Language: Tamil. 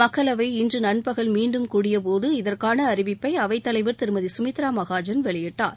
மக்களவை இன்று நண்பகல் மீண்டும் கூடியபோது இதற்கான அறிவிப்பை அவைத்தலைவர் திருமதி சுமித்ரா மகாஜன் வெளியிட்டார்